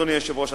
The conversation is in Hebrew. אדוני היושב-ראש,